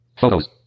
photos